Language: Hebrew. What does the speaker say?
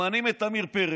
ממנים את עמיר פרץ,